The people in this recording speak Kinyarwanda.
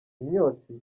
imyotsi